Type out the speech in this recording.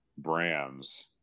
brands